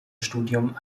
studium